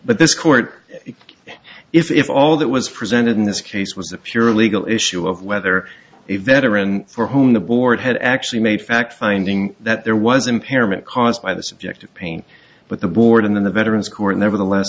but this court is if all that was presented in this case was a pure legal issue of whether a veteran for whom the board had actually made fact finding that there was impairment caused by the subjective pain but the board in the veterans court nevertheless